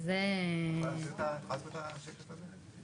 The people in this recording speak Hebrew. את יכולה לסיבר את השקף הזה?